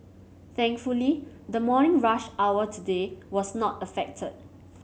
thankfully the morning rush hour today was not affected